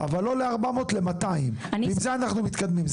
אבל לא ל-400 אלא ל-200 ועם זה אנחנו מתקדמים.